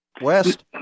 west